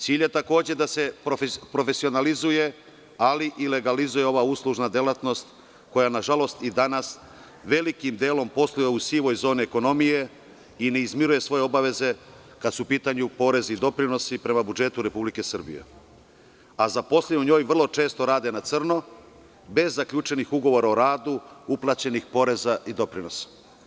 Cilj je takođe da se profesionalizuje, ali i legalizuje ova uslužna delatnost, koja na žalost i danas velikim delom posluje u sivoj zoni ekonomije i ne izmiruje svoje obaveze kada su u pitanju porezi i doprinosi prema budžetu Republike Srbije, a zaposleni u njoj vrlo često rade na crno bez zaključenih ugovora o radu, uplaćenih poreza i doprinosa.